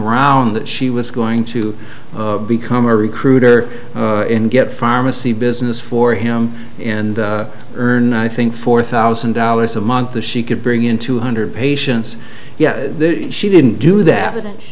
around that she was going to become a recruiter and get pharmacy business for him and earn i think four thousand dollars a month to she could bring in two hundred patients yeah she didn't do that